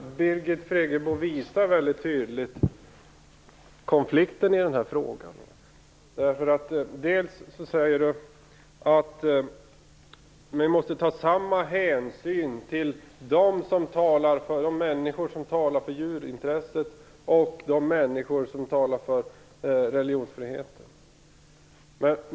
Fru talman! Jag tycker att Birgit Friggebos anförande väldigt tydligt visar konflikten i denna fråga. Hon säger att vi måste ta samma hänsyn till de människor som talar för djurintresset som till de människor som talar för religionsfriheten.